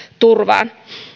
turvaan